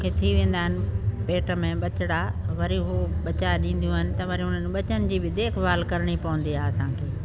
खे थी वेंदा आहिनि पेट में ॿचिड़ा वरी हू ॿचा ॾींदियूं आहिनि त वरी उन्हनि ॿचनि जी बि देखभाल करणी पवंदी आहे असांखे